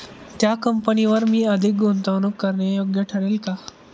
त्या कंपनीवर मी अधिक गुंतवणूक करणे योग्य ठरेल का?